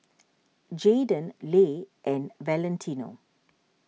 Jaydan Le and Valentino